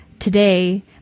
Today